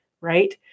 right